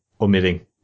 omitting